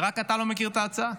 ורק אתה לא מכיר את ההצעה?